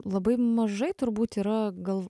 labai mažai turbūt yra gal